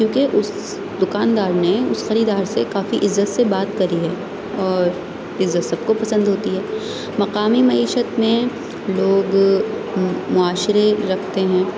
کیوںکہ اس دکاندار نے اس خریدار سے کافی عزت سے بات کری ہے اور عزت سب کو پسند ہوتی ہے مقامی معیشت میں لوگ معاشرے رکھتے ہیں